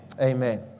Amen